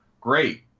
Great